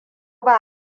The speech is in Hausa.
ba